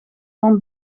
van